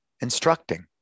instructing